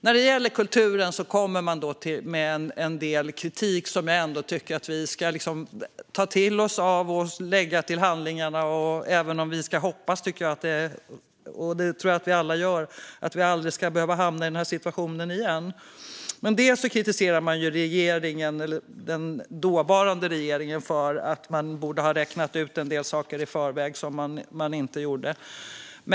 När det gäller kulturen kommer man med en del kritik, som jag ändå tycker att vi ska ta till oss av och lägga till handlingarna - även om vi ska hoppas att vi aldrig ska behöva hamna i den situationen igen. Man kritiserar den dåvarande regeringen, som man anser borde ha räknat ut en del saker i förväg som den inte gjorde.